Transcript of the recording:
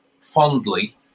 fondly